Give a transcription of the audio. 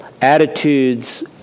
attitudes